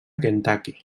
kentucky